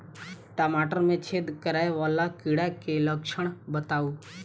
टमाटर मे छेद करै वला कीड़ा केँ लक्षण बताउ?